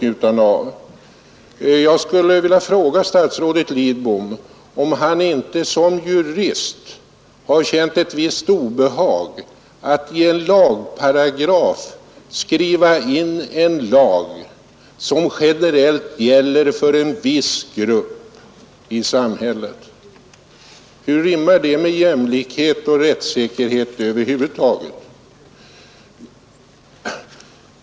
Jag skulle vilja fråga statsrådet Lidbom om han inte som jurist har känt ett visst obehag att i en lagparagraf skriva in en bestämmelse som endast gäller för en viss grupp i samhället. Hur rimmar detta med jämlikhet och rättssäkerhet över huvud taget?